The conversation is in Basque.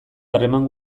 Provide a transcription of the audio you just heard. harreman